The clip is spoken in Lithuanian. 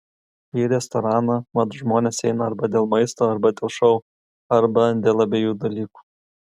į restoraną mat žmonės eina arba dėl maisto arba dėl šou arba dėl abiejų dalykų